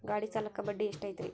ಗಾಡಿ ಸಾಲಕ್ಕ ಬಡ್ಡಿ ಎಷ್ಟೈತ್ರಿ?